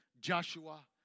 Joshua